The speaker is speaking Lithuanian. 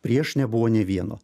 prieš nebuvo nė vieno